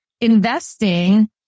investing